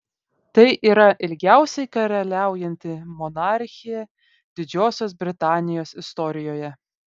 tai yra ilgiausiai karaliaujanti monarchė didžiosios britanijos istorijoje